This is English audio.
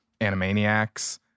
Animaniacs